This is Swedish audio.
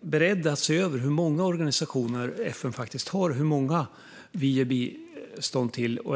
beredda att se över hur många organisationer FN faktiskt har och hur många vi ger bistånd till?